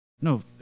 no